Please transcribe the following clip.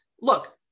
look